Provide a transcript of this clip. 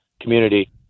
community